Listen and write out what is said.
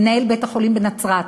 מנהל בית-החולים בנצרת,